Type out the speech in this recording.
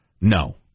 No